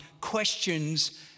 questions